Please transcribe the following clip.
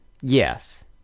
Yes